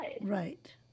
Right